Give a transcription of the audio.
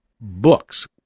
books